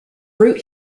brute